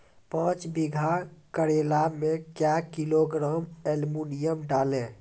पाँच बीघा करेला मे क्या किलोग्राम एलमुनियम डालें?